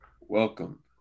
Welcome